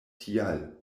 tial